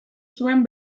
zuen